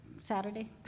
Saturday